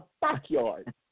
backyard